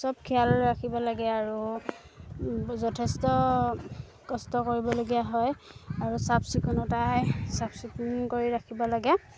সব খিয়াল ৰাখিব লাগে আৰু যথেষ্ট কষ্ট কৰিবলগীয়া হয় আৰু চাফ চিকুণতাই চাফ চিকুণ কৰি ৰাখিব লাগে